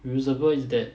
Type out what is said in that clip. usable is that